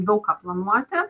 daug ką planuoti